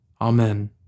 Amen